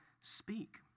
speak